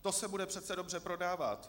To se bude přece dobře prodávat!